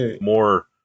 More